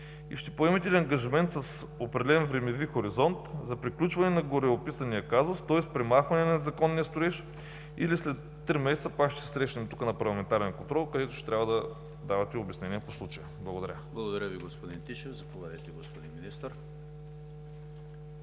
и ще поемете ли ангажимент с определен времеви хоризонт за приключване на гореописания казус, тоест премахване на незаконния строеж, или след три месеца пак ще се срещнем, пак тук, на парламентарния контрол, където ще трябва да давате обяснения по случая? Благодаря. ПРЕДСЕДАТЕЛ ЕМИЛ ХРИСТОВ: Благодаря Ви, господин Тишев. Заповядайте, господин Министър